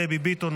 דבי ביטון,